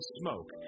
smoke